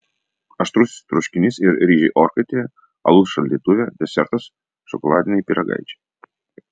aštrusis troškinys ir ryžiai orkaitėje alus šaldytuve desertas šokoladiniai pyragaičiai